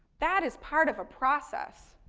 that is part of a process.